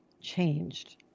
changed